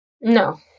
No